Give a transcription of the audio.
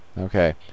Okay